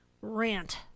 rant